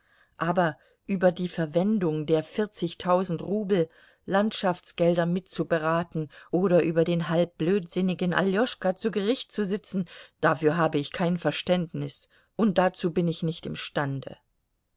aber über die verwendung der vierzigtausend rubel landschaftsgelder mitzuberaten oder über den halb blödsinnigen aljoschka zu gericht zu sitzen dafür habe ich kein verständnis und dazu bin ich nicht imstande